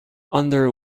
under